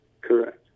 Correct